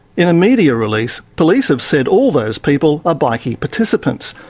in a media release, police have said all those people are bikie participants,